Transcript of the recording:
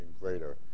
greater